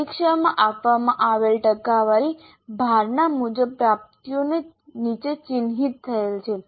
પરીક્ષામાં આપવામાં આવેલ ટકાવારી ભારના મુજબ પ્રાપ્તિઓ નીચે ચિહ્નિત થયેલ છે